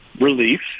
relief